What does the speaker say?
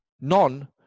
None